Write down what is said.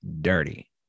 dirty